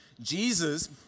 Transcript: Jesus